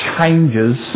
changes